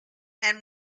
and